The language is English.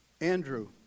Andrew